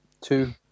Two